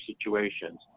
situations